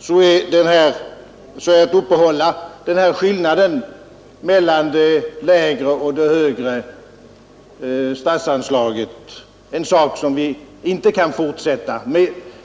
kan vi inte fortsätta att upprätthålla skillnaden mellan det lägre och det högre statsanslaget.